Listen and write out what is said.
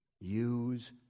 Use